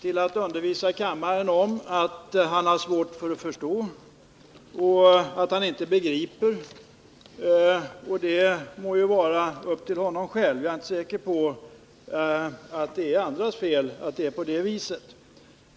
till att undervisa kammaren om att han har svårt att förstå och att han inte begriper. Det må ju vara upp till honom själv. Jag är inte säker på att det är andras fel att det är på det viset.